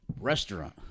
restaurant